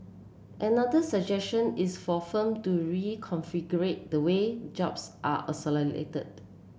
another suggestion is for firm to reconfigure the way jobs are